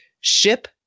ship